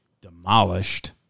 demolished